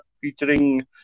featuring